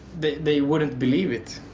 they wouldn't believe it.